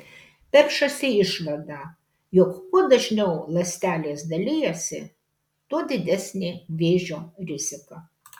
peršasi išvada jog kuo dažniau ląstelės dalijasi tuo didesnė vėžio rizika